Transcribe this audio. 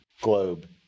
globe